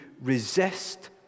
resist